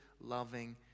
loving